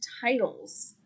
titles